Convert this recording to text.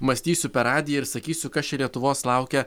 mąstysiu per radiją ir sakysiu kas čia lietuvos laukia